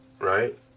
right